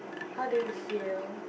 how do you feel